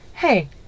hey